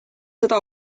seda